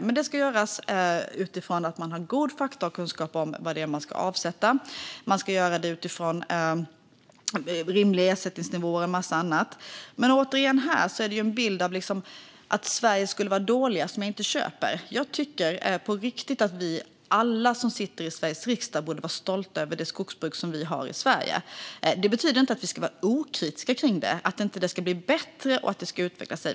Men det ska göras utifrån god kunskap och fakta om vad man ska avsätta, utifrån rimliga ersättningsnivåer och en massa annat. Men här finns återigen en bild av att vi i Sverige skulle vara dåliga, som jag inte köper. Jag tycker på riktigt att alla vi som sitter i Sveriges riksdag borde vara stolta över det skogsbruk vi har i Sverige. Detta betyder inte att vi ska vara okritiskt inställda till det och att det inte kan bli bättre och utvecklas.